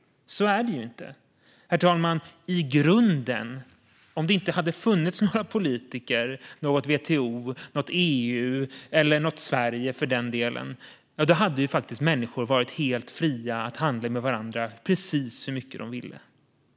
Så är det ju inte. Herr talman! I grunden är det så att om det inte hade funnits några politiker, något WTO, något EU eller något Sverige hade faktiskt människor varit helt fria att handla med varandra precis hur mycket de ville.